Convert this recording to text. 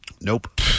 Nope